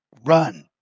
run